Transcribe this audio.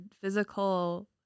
physical